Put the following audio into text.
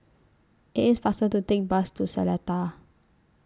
IT IS faster to Take The Bus to Seletar